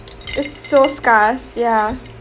it's so scarce ya